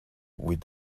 with